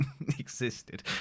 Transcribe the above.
existed